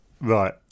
Right